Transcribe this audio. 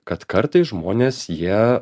kad kartais žmonės jie